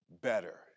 better